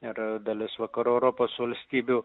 ir dalis vakarų europos valstybių